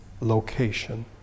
location